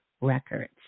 records